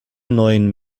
neuen